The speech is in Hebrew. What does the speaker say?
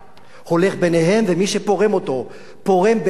ומי שפורם אותו פורם בעצם את כל החברה הישראלית.